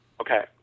Okay